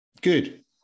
Good